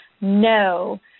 no